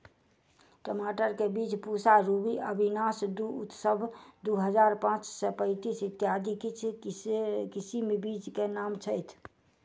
टमाटर केँ बीज पूसा रूबी, अविनाश दु, उत्सव दु हजार पांच सै पैतीस, इत्यादि किछ किसिम बीज केँ नाम छैथ?